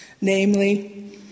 namely